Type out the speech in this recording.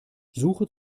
suche